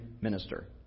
minister